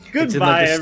Goodbye